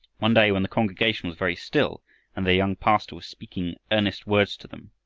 one day when the congregation was very still and their young pastor was speaking earnest words to them,